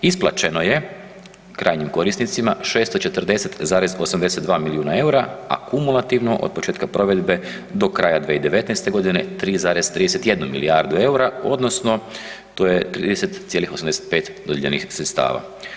Isplaćeno je krajnjim korisnicima 640,82 milijuna EUR-a, a kumulativno od početka provedbe do kraja 2019. godine 3,31 milijardu EUR-a odnosno to je 30,85 dodijeljenih sredstava.